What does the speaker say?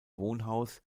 wohnhaus